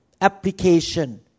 application